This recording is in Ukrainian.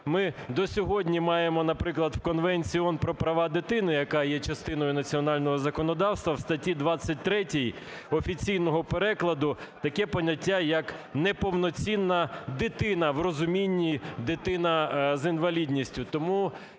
Ми до сьогодні маємо, наприклад, в Конвенції ООН про права дитини, яка є частиною національного законодавства, в статті 23 офіційного перекладу таке поняття як "неповноцінна дитина" в розумінні дитина з інвалідністю.